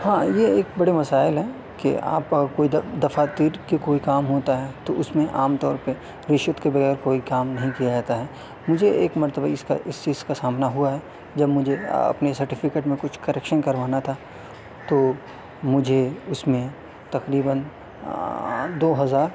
ہاں یہ ایک بڑے مسائل ہیں کہ آپ کا کوئی دفاتر کے کوئی کام ہوتا ہے تو اس میں عام طور پہ رشوت کے بغیر کوئی کام نہیں کیا جاتا ہے مجھے ایک مرتبہ اس کا اس چیز کا سامنا ہوا ہے جب مجھے اپنے سرٹیفکیٹ میں کچھ کریکشن کروانا تھا تو مجھے اس میں تقریباً دو ہزار